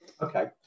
Okay